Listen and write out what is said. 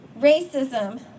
racism